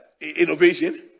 innovation